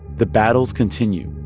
the battles continue.